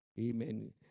Amen